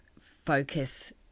focus